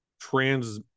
trans